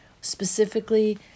specifically